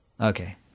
Okay